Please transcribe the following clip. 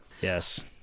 Yes